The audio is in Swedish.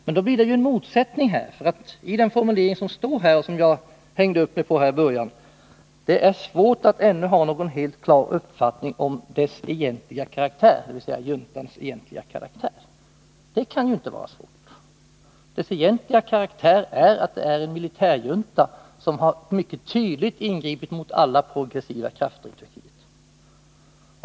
Men då blir det ju en motsättning här, för i svaret finns också den formulering som jag hängde upp mig på i början, nämligen att det är ”svårt att ännu ha någon helt klar uppfattning om dess egentliga karaktär”, dvs. juntans egentliga karaktär. Det kan inte vara svårt. Dess egentliga karaktär är att den är en militärjunta som mycket tydligt har ingripit mot alla progressiva krafter i Turkiet.